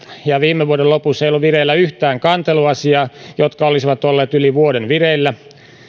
ja viime vuoden lopussa ei ollut vireillä yhtään kanteluasiaa joka olisi ollut yli vuoden vireillä